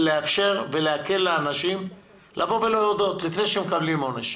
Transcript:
לאפשר ולהקל על אנשים לבוא להודות לפני שהם מקבלים עונש.